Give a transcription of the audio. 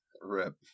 Rip